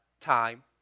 time